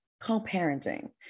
co-parenting